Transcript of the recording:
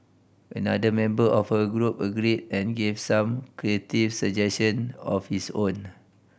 another member of her group agreed and gave some creative suggestion of his own